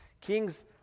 Kings